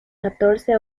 catorce